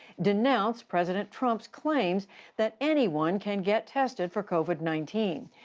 denounced president trump's claims that anyone can get tested for covid nineteen.